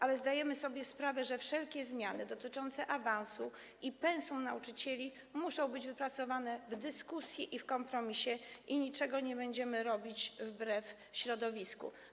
Jednak zdajemy sobie sprawę, że wszelkie zmiany dotyczące awansu i pensum nauczycieli muszą być wypracowane w dyskusji i w ramach kompromisu i niczego nie będziemy robić wbrew środowisku.